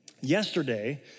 Yesterday